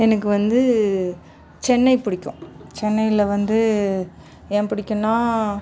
எனக்கு வந்து சென்னை பிடிக்கும் சென்னையில் வந்து ஏன் பிடிக்குனா